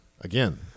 Again